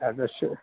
address چھُ